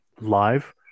Live